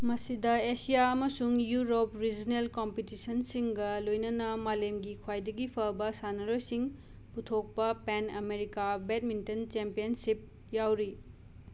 ꯃꯁꯤꯗ ꯑꯦꯁꯤꯌꯥ ꯑꯃꯁꯨꯡ Europe regional ꯀꯣꯝꯄꯤꯇꯤꯁꯟꯁꯤꯡꯒ ꯂꯣꯏꯅꯅ ꯃꯥꯂꯦꯝꯒꯤ ꯈ꯭ꯋꯥꯏꯗꯒꯤ ꯐꯕ ꯁꯥꯟꯅꯔꯣꯏꯁꯤꯡ ꯄꯨꯊꯣꯛꯄ ꯄꯦꯟ ꯑꯃꯦꯔꯤꯀꯥ ꯕꯦꯠꯃꯤꯟꯇꯟ ꯆꯦꯝꯄ꯭ꯌꯟꯁꯤꯞ ꯌꯥꯎꯔꯤ